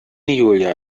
julia